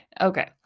Okay